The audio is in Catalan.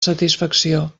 satisfacció